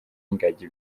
ingagi